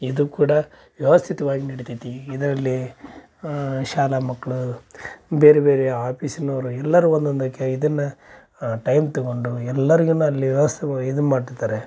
ಇದು ಕೂಡ ವ್ಯವಸ್ಥಿತವಾಗಿ ನಡಿತೈತಿ ಇದರಲ್ಲಿ ಶಾಲಾ ಮಕ್ಕಳು ಬೇರೆ ಬೇರೆ ಆಫೀಸಿನವರು ಎಲ್ಲರು ಒಂದೊಂದು ಕೆ ಇದನ್ನು ಟೈಮ್ ತಗೊಂಡು ಎಲ್ಲರ್ಗೂನು ಅಲ್ಲಿ ವ್ಯವಸ್ಥೆ ಇದು ಮಾಡಿರ್ತಾರೆ